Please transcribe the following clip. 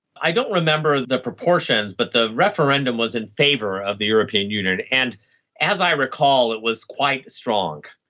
i don't remember the proportions, but the referendum was in favour of the european union. and as i recall, it was quite strong.